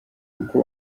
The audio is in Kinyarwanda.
uko